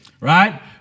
right